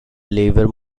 labor